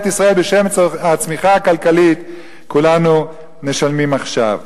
ישראל בשם הצמיחה הכלכלית כולנו משלמים עכשיו.